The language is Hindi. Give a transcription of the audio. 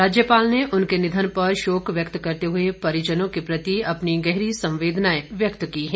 राज्यपाल ने उनके निधन पर शोक व्यक्त करते हए परिजनों के प्रति अपनी गहरी संवेदनाएं व्यक्त की है